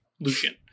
Lucian